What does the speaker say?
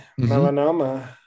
Melanoma